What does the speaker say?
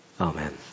Amen